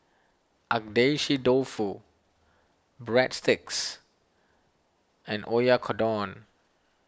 Agedashi Dofu Breadsticks and Oyakodon